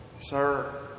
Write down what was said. Sir